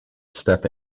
step